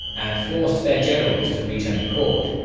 and forced their generals to reach an accord.